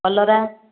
କଲରା